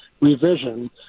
revision